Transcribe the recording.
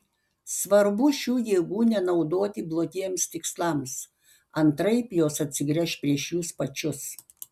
svarbu šių jėgų nenaudoti blogiems tikslams antraip jos atsigręš prieš jus pačius